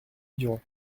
vivant